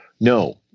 No